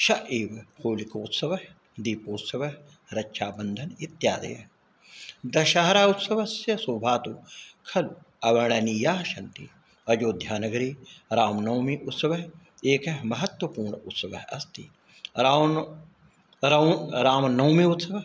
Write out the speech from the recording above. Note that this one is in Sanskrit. सः एव होलिकोत्सवः दीपोत्सवः रक्षाबन्धनम् इत्यादयः दशहरा उत्सवस्य शोभा तु खलु अवर्णनीयाः सन्ति अयोध्यानगरे रामनवमी उत्सवः एकः महत्वपूर्णः उत्सवः अस्ति राव्न् राव् रामनवमी उत्सवः